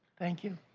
thank you.